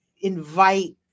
invite